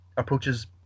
approaches